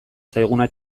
zaiguna